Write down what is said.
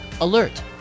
Alert